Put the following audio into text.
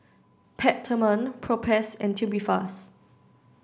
Peptamen Propass and Tubifast